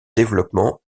développement